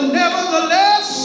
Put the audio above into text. nevertheless